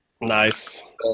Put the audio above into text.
Nice